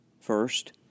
First